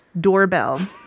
doorbell